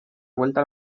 vuelta